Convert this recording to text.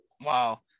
Wow